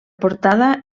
portada